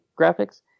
graphics